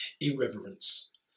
irreverence